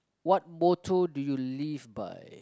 what motto do you live by